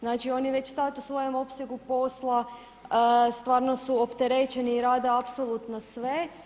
Znači oni već sada u svojem opsegu posla stvarno su opterećeni i rade apsolutno sve.